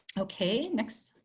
okay next.